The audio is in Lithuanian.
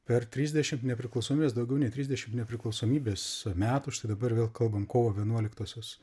per trisdešimt nepriklausomybės daugiau nei trisdešimt nepriklausomybės metų štai dabar vėl kalbam kovo vienuoliktosios